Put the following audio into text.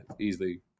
easily